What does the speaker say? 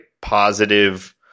positive